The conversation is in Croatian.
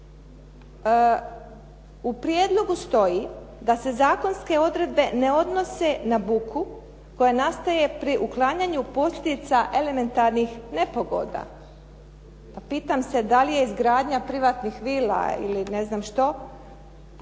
U prijedlogu stoji da se zakonske odredbe ne odnose na buku koja nastaje pri uklanjanju posljedica elementarnih nepogoda. Pa pitam se da li je izgradnja privatnih vila ili ne znam što